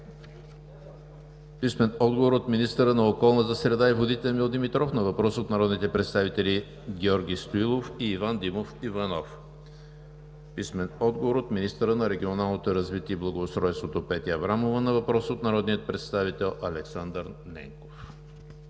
Попов; - министъра на околната среда и водите Емил Димитров на въпрос от народните представители Георги Стоилов и Иван Димов Иванов; - министъра на регионалното развитие и благоустройството Петя Аврамова на въпрос от народния представител Александър Ненков.